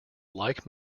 like